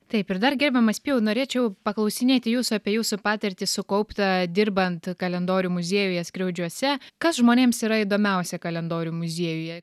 taip ir dar gerbiamas pijau norėčiau paklausinėti jus apie jūsų patirtį sukauptą dirbant kalendorių muziejuje skriaudžiuose kas žmonėms yra įdomiausia kalendorių muziejuje